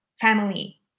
family